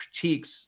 critiques